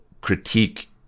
critique